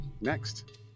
next